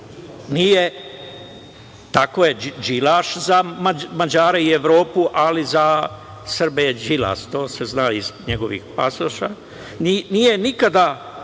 nije, tako je, Đilaš za Mađare i Evropu, ali za Srbe je Đilas, to se zna iz njegovih pasoša, nije nikada